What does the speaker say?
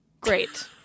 Great